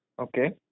Okay